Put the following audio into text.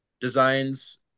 Designs